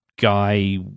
guy